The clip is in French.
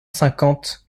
cinquante